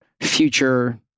future